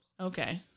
Okay